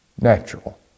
natural